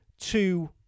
two